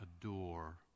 adore